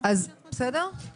ראיתי את זה על בשרי